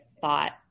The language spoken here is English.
thought